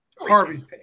Harvey